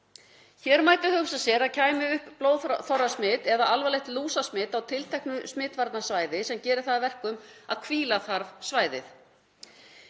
Hér mætti hugsa sér að upp komi blóðþorrasmit eða alvarlegt lúsasmit á tilteknu smitvarnasvæði sem gerir það að verkum að hvíla það svæði.